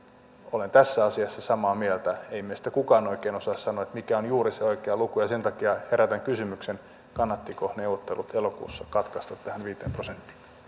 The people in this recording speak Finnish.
olen tässä asiassa samaa mieltä ei meistä kukaan oikein osaa sanoa mikä on juuri se oikea luku ja sen takia herätän kysymyksen kannattiko neuvottelut elokuussa katkaista tähän viiteen